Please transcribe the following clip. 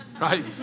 right